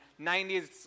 90s